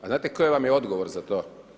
A znate koji vam je odgovor za to?